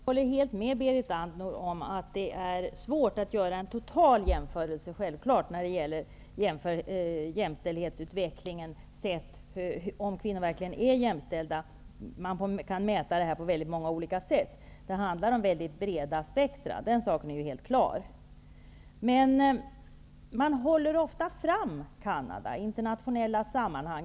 Herr talman! Jag håller helt med Berit Andnor om att det är svårt att göra en total jämförelse när det gäller jämställdhetsutvecklingen, om kvinnor och män verkligen är jämställda. Man kan mäta det på många olika sätt. Det handlar om breda spektra, den saken är klar. Canada framhålls ofta i internationella sammanhang.